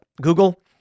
Google